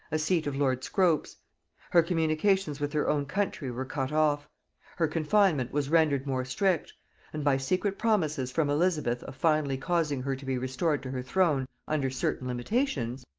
a seat of lord scrope's her communications with her own country were cut off her confinement was rendered more strict and by secret promises from elizabeth of finally causing her to be restored to her throne under certain limitations,